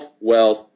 wealth